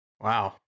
Wow